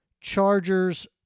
chargers